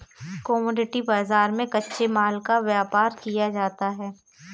commodity बाजार में कच्चे माल का व्यापार किया जाता है